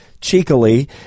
cheekily